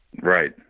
right